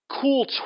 Cool